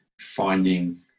finding